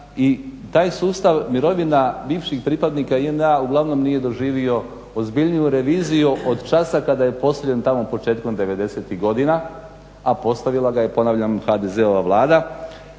taj sustav mirovina bivših pripadnika JNA uglavnom nije doživio ozbiljniju reviziju od časa kada je postavljen tamo početkom '90-ih godina, a postavila ga je ponavljam HDZ-ova Vlada.